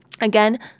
again